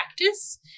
practice